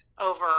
over